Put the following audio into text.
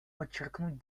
подчеркнуть